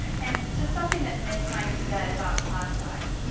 and to something that mrs. hynes said about class size.